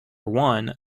one